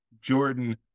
Jordan